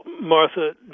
Martha